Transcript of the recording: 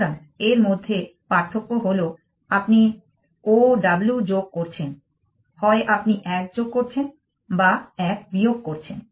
সুতরাং এর মধ্যে পার্থক্য হল আপনি O W যোগ করছেন হয় আপনি 1 যোগ করছেন বা 1 বিয়োগ করছেন